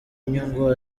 inyungu